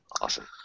Awesome